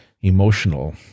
emotional